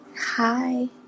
Hi